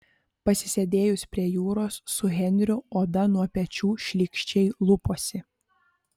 pasisėdėjus prie jūros su henriu oda nuo pečių šlykščiai luposi